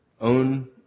own